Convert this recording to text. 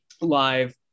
live